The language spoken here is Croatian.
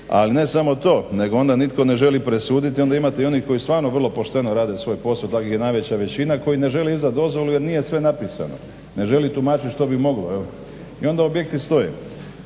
Ali ne samo to nego onda nitko ne želi presuditi, onda imate i onih koji stvarno vrlo pošteno rade svoj posao, takvih je najveća većina, koji ne žele izdat dozvolu jer nije sve napisano, ne želi tumačit što bi mogao i onda objekti stoje.